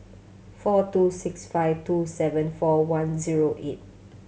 four two six five two seven four one zero eight